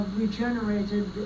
regenerated